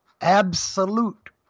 absolute